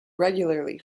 regularly